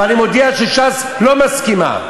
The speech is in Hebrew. ואני מודיע שש"ס לא מסכימה.